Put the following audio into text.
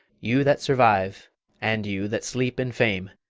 you that survive and you that sleep in fame.